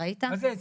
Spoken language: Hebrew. מה זה אצלם?